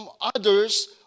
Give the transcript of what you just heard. others